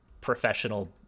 professional